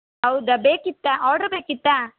ಹೌದಾ ಬೇಕಿತ್ತಾ ಆರ್ಡ್ರ್ ಬೇಕಿತ್ತಾ